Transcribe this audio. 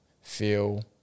feel